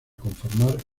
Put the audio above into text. conformar